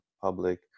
public